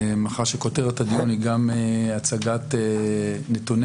מאחר שכותרת הדיון היא גם הצגת נתוני